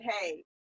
hey